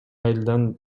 айылдан